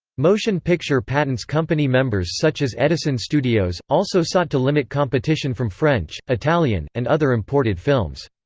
motion picture patents company members such as edison studios, also sought to limit competition from french, italian, and other imported films.